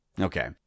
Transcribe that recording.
Okay